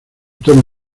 tono